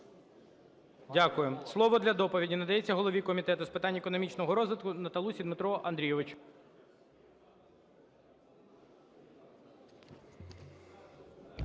Дякуємо. Слово для доповіді надається голові Комітету з питань економічного розвитку Наталусі Дмитру Андрійовичу.